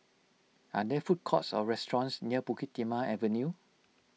are there food courts or restaurants near Bukit Timah Avenue